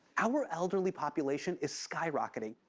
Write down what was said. our elderly population is skyrocketing.